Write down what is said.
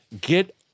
get